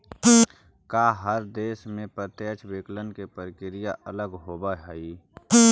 का हर देश में प्रत्यक्ष विकलन के प्रक्रिया अलग होवऽ हइ?